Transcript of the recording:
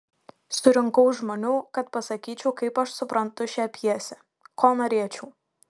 surinkau žmonių kad pasakyčiau kaip aš suprantu šią pjesę ko norėčiau